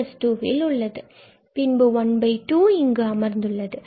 பின்பு 12 இங்கு அமர்ந்துள்ளது